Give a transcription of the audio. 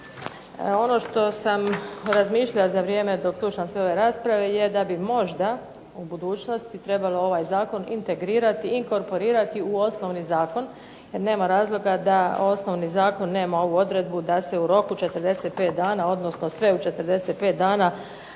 Ono što sam razmišljala na vrijeme dok slušam sve ove rasprave je da bi možda u budućnosti trebalo ovaj Zakon inkorporirati u osnovni zakon jer nema razloga da osnovni zakon nema ovu odredbu da se u roku 45 dana odnosno sve u 45 dana